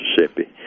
Mississippi